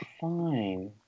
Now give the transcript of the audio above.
fine